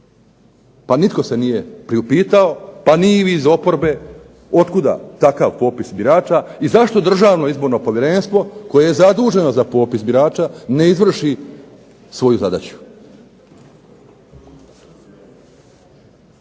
Pa nitko se nije priupitao, pa ni vi iz oporbe otkuda takav popis birača i zašto Državno izborno povjerenstvo koje je zaduženo za popis birača ne izvrši svoju zadaću.